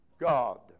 God